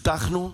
הבטחנו,